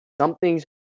Something's